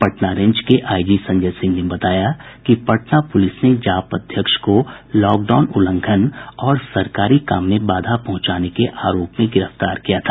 Patna range के IG Sanjay Singh ने बताया कि पटना पुलिस ने जाप अध्यक्ष को लॉकडाउन उल्लंघन और सरकारी काम में बाधा पहुंचाने के आरोप में गिरफ्तार किया था